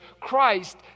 Christ